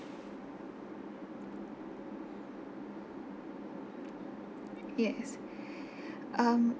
yes um